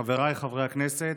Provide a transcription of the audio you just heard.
חבריי חברי הכנסת,